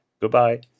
Goodbye